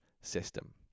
system